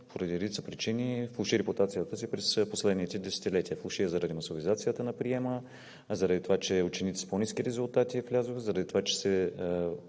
поради редица причини, влоши репутацията си през последните десетилетия – влоши я заради масовизацията на приема, заради това, че ученици влязоха с по-ниски резултати, заради това, че